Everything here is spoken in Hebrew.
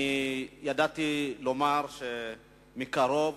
אני יכול לומר מקרוב,